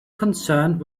concerned